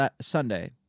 Sunday